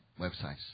websites